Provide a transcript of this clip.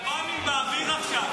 כטב"מים באוויר עכשיו,